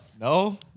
No